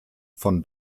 von